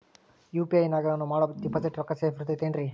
UPI ನಾಗ ನಾನು ಮಾಡೋ ಡಿಪಾಸಿಟ್ ರೊಕ್ಕ ಸೇಫ್ ಇರುತೈತೇನ್ರಿ?